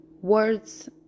words